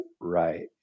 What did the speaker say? right